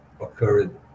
occurred